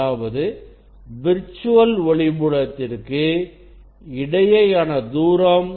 அதாவது விர்ச்சுவல் ஒளி மூலத்திற்கு இடையேயான தூரம்